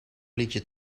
liedje